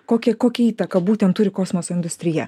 kokia kokią įtaką būtent turi kosmoso industrija